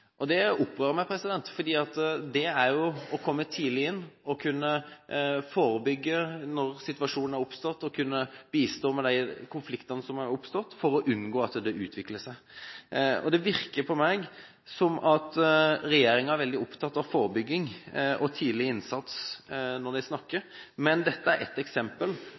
Det opprører meg. For det å komme tidlig inn, å kunne forebygge når situasjonen har oppstått og kunne bistå i de konfliktene som har oppstått, er viktig for å unngå at det utvikler seg. Det virker på meg som at regjeringen er veldig opptatt av forebygging og tidlig innsats når man snakker, men dette er et eksempel